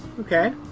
Okay